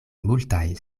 multaj